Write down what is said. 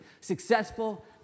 successful